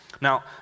Now